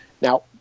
Now